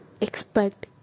expect